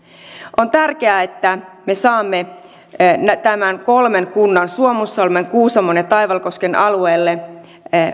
on tärkeää että me saamme näiden kolmen kunnan suomussalmen kuusamon ja taivalkosken alueelle